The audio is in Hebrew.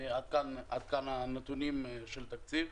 עד כאן הנתונים של התקציב.